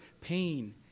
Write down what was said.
pain